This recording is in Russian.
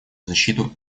защиту